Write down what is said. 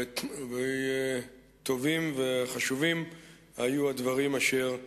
טובים וחשובים היו הדברים אשר שמענו.